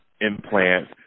implant